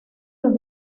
los